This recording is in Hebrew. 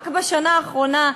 רק בשנה האחרונה,